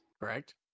Correct